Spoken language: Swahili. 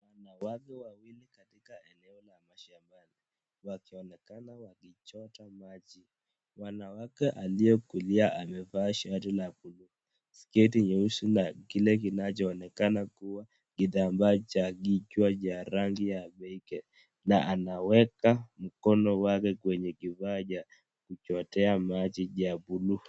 Watu wawili katika eneo la mashambani. Wakionekana wakichota maji. Wanawake aliyekulia amevaa shati ya buluu sketi nyeusi na kile kinachoonekena kuwa kitambaa cha kichwa cha rangi ya rege na anaweka mkono wake kwenye kifaa cha kuchotea maji cha buluu.